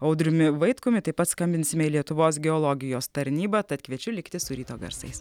audriumi vaitkumi taip pat skambinsime į lietuvos geologijos tarnybą tad kviečiu likti su ryto garsais